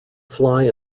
fly